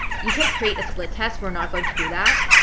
you can create a split test. we're not going to do that.